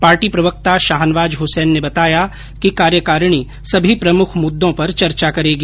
party प्रवक्ता शाहनवाज हुसैन ने बताया कि कार्यकारिणी सभी प्रमुख मुद्दों पर चर्चा करेगी